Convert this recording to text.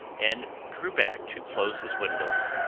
and drew back to close his window.